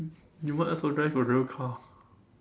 you might as well drive a real car